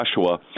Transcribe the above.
Joshua